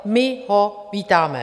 My ho vítáme.